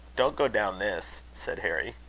don't go down this, said harry.